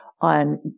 on